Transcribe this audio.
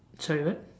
sorry what